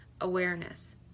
awareness